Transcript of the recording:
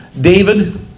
David